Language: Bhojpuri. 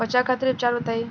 बचाव खातिर उपचार बताई?